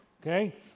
Okay